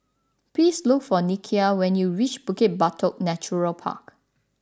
please look for Nikia when you reach Bukit Batok Natural Park